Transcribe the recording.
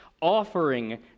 offering